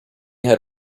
had